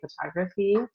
photography